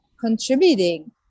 contributing